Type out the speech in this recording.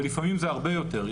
ולפעמים זה הרבה יותר,